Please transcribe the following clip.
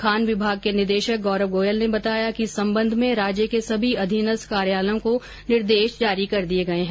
खान विभाग के निदेशक गौरव गोयल ने बताया कि इस संबंध में राज्य के समी अधीनस्थ कार्यालयों को निर्देश जारी कर दिए गए है